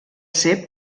ser